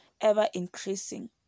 Ever-increasing